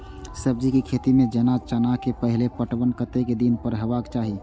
सब्जी के खेती में जेना चना के पहिले पटवन कतेक दिन पर हेबाक चाही?